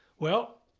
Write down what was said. well,